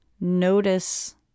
notice